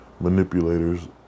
manipulators